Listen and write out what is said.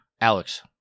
Alex